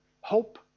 hope